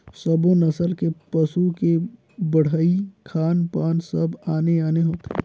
सब्बो नसल के पसू के बड़हई, खान पान सब आने आने होथे